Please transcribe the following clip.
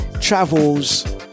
travels